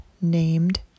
named